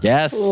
Yes